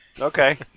Okay